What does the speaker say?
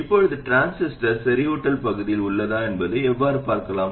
இப்போது டிரான்சிஸ்டர் செறிவூட்டல் பகுதியில் உள்ளதா என்பதை எவ்வாறு சரிபார்க்கலாம்